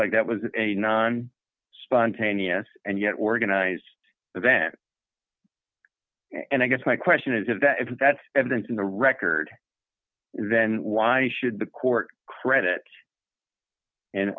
like that was a non spontaneous and yet organized event and i guess my question is if that if that's evidence in the record then why should the court credit an